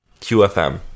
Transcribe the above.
QFM